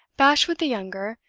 bashwood the younger,